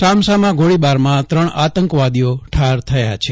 સામ સામા ગોળીબારમાં ત્રણ આતંકવાદીઓ ઠાર થયા છે